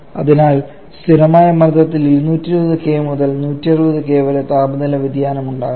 അതിനാൽ സ്ഥിരമായ മർദ്ദത്തിൽ 220 K മുതൽ 160 K വരെ താപനില വ്യതിയാനം ഉണ്ടാകുന്നു